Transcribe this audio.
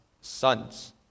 sons